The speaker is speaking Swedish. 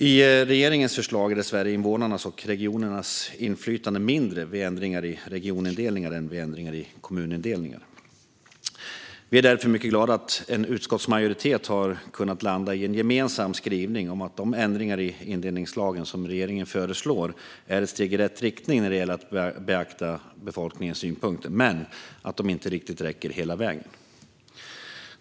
I regeringens förslag är invånarnas och regionernas inflytande dessvärre mindre vid ändringar i regionindelningar än vid ändringar i kommunindelningar. Vi är därför mycket glada att en utskottsmajoritet har kunnat landa i en gemensam skrivning om att de ändringar i indelningslagen som regeringen föreslår är ett steg i rätt riktning när det gäller att beakta befolkningens synpunkter men att de inte riktigt räcker hela vägen.